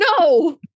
No